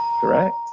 correct